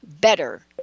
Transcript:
better